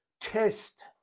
test